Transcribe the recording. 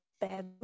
bad